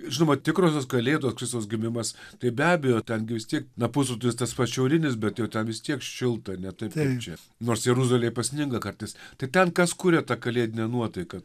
žinoma tikrosios kalėdų kristaus gimimas tai be abejo ten gi vis tiek na pusrutulis tas pats šiaurinis bet jau vis tiek šilta ne taip kaip čia nors jeruzalėj pasninga kartais tai kas kuria tą kalėdinę nuotaiką